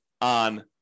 On